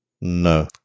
no